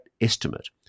estimate